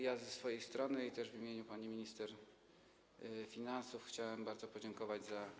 Ja ze swojej strony i też w imieniu pani minister finansów chciałem bardzo podziękować za